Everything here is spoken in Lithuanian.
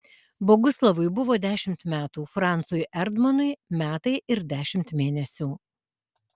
boguslavui buvo dešimt metų francui erdmanui metai ir dešimt mėnesių